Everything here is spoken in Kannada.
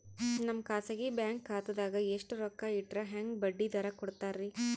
ನಮ್ಮ ಖಾಸಗಿ ಬ್ಯಾಂಕ್ ಖಾತಾದಾಗ ಎಷ್ಟ ರೊಕ್ಕ ಇಟ್ಟರ ಹೆಂಗ ಬಡ್ಡಿ ದರ ಕೂಡತಾರಿ?